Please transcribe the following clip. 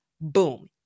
Boom